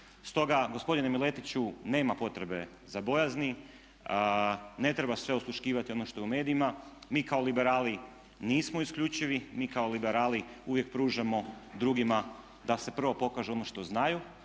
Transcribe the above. Stoga gospodine Miletiću nema potrebe za bojazni, ne treba sve osluškivati ono što je u medijima. Mi kao liberali nismo kao isključivi, mi kao liberali uvijek pružamo drugima da prvo pokažu ono što znaju